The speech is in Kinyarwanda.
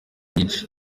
nyinshi